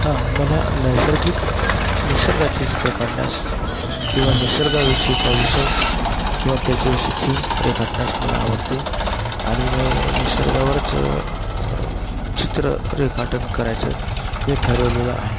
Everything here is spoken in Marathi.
हां मला नैसर्गिक निसर्गाचे चित्र काढण्यास किंवा निसर्गाविषयीचा विषय किंवा त्याच्याविषयी थीम रेखाटण्यास मला आवडते आणि म हे निसर्गावरच चित्र रेखाटन करायचं मी ठरवलेलं आहे